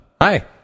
hi